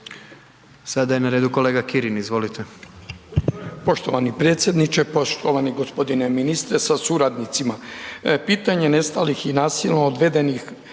Sada je na redu kolega Kirin, izvolite.